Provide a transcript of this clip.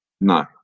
No